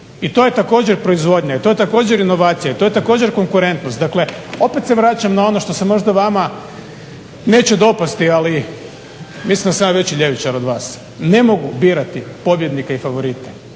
I to je također proizvodnja, i to je također inovacija, i to je također konkurentnost. Dakle, opet se vraćam na ono što se možda vama neće dopasti, ali mislim da sam ja veći ljevičar od vas. Ne mogu birati pobjednike i favorite.